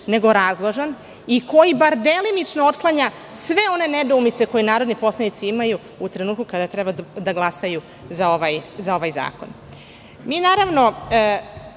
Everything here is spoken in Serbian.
nego razložan i koji bar delimično otklanja sve one nedoumice koje narodni poslanici imaju u trenutku kada treba da glasaju za ovaj zakon.I